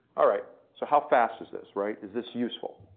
all right. so how fast is this? right. is this useful?